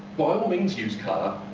but means use colour.